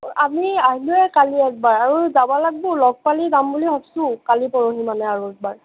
আমি আহিলোৱেই কালি একবাৰ আৰু যাব লাগবো লগ পালি যাম বুলি ভাবছো কালি পৰহিমানে আৰু একবাৰ